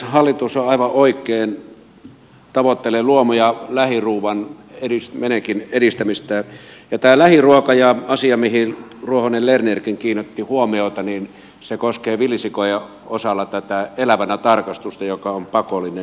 hallitushan aivan oikein tavoittelee luomu ja lähiruuan menekin edistämistä ja tämä lähiruoka asia mihin ruohonen lernerkin kiinnitti huomiota koskee villisikojen osalta elävänä tarkastusta joka on pakollinen